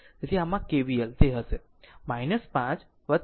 તેથી ત્યાં આમાં KVL તે હશે 5 0